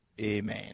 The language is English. Amen